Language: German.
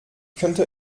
könnte